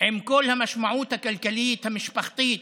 עם כל המשמעות הכלכלית המשפחתית